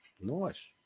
Nice